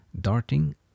Darting